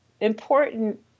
important